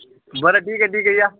बरं ठीक आहे ठीक आहे या